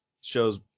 shows